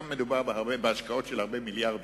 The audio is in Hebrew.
מדובר כאן בהשקעות של הרבה מיליארדים,